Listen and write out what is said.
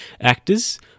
actors